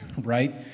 right